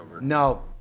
No